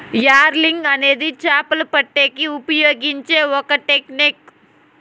angling అనేది చాపలు పట్టేకి ఉపయోగించే ఒక టెక్నిక్